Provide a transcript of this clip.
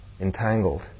entangled